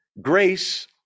Grace